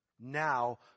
Now